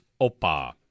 Opa